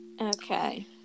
Okay